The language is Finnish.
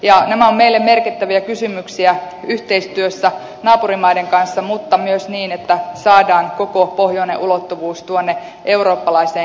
nämä ovat meille merkittäviä kysymyksiä yhteistyössä naapurimaiden kanssa mutta myös niin että saadaan koko pohjoinen ulottuvuus tuonne eurooppalaiseen keskusteluun